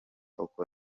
uko